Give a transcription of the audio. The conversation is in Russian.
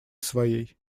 своей